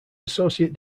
associate